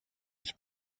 its